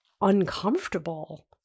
uncomfortable